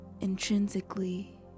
intrinsically